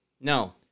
no